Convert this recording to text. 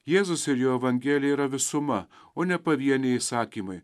jėzus ir jo evangelija yra visuma o ne pavieniai įsakymai